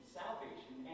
salvation